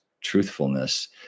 truthfulness